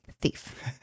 thief